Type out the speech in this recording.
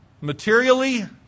Materially